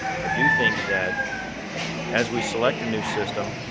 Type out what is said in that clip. i do think that as we select a new system